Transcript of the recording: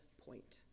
point